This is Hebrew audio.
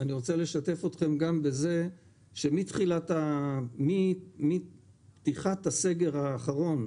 אני רוצה לשתף אתכם גם בזה שמפתיחת הסגר האחרון,